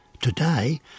Today